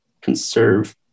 conserve